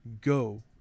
Go